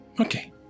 okay